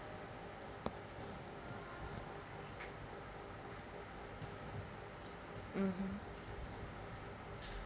mmhmm